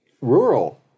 rural